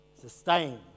sustained